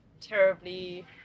terribly